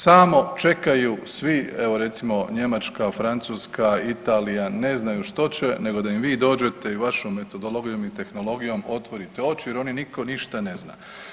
Samo čekaju svi evo recimo Njemačka, Francuska, Italija, ne znaju što će nego da im vi dođete i vašom metodologijom i tehnologijom otvorite oči jer oni nitko ništa ne zna.